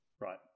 right